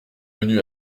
venu